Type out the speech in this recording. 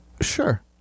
Sure